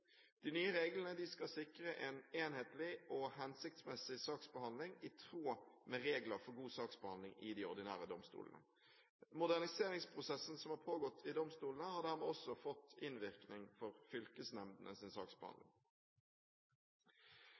De nye reglene skal sikre en enhetlig og hensiktsmessig saksbehandling i tråd med regler for god saksbehandling i de ordinære domstolene. Moderniseringsprosessen som har pågått i domstolene, har dermed også fått innvirkning for fylkesnemndenes saksbehandling.